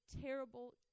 terrible